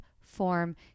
form